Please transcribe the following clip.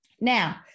Now